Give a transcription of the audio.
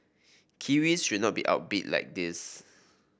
Kiwis should not be outbid like this